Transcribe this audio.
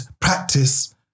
practice